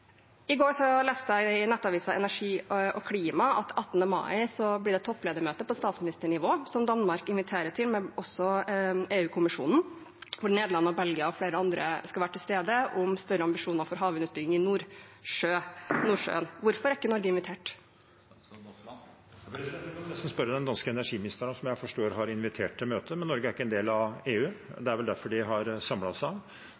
I går leste jeg i nettavisen Energi og Klima at den 18. mai blir det et toppledermøte på statsministernivå, som Danmark og EU-kommisjonen inviterer til, hvor Nederland, Belgia og flere andre land skal være til stede, om større ambisjoner for havvindutbygging i Nordsjøen. Hvorfor er ikke Norge invitert? Det må representanten nesten spørre den danske energiministeren om, som jeg forstår har invitert til møtet. Norge er ikke en del av EU; det er vel derfor de har samlet seg.